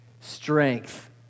Strength